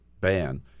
ban